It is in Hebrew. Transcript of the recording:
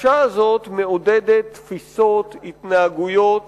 הדרישה הזאת מעודדת תפיסות, התנהגויות